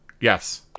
Yes